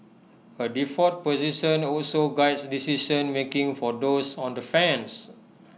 A default position also Guides decision making for those on the fence